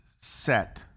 set